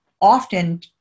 often